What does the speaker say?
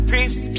Creeps